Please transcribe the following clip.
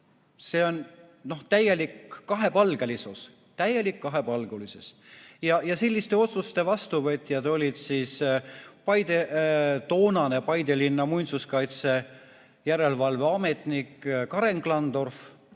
See on täielik kahepalgelisus. Täielik kahepalgelisus! Selliste otsuste vastuvõtjad oli toonane Paide linna muinsuskaitse järelevalveametnik Karen Klandorf.